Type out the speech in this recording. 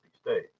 state